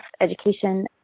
education